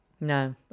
No